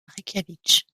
reykjavik